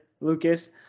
Lucas